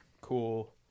Cool